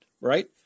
right